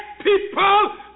people